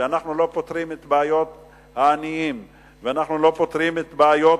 שאנחנו לא פותרים את בעיות העניים ואנחנו לא פותרים את בעיות